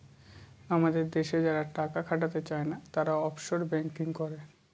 আমাদের দেশে যারা টাকা খাটাতে চাই না, তারা অফশোর ব্যাঙ্কিং করে